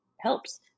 Helps